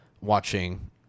watching